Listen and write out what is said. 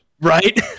Right